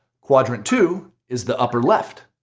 quadrant two is the upper left,